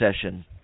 session